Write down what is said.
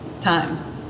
time